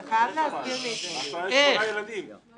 שקלים למשרד ועוד עשרות מיליוני שקלים --- לפי התקנות האלה?